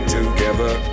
together